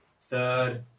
third